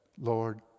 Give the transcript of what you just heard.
Lord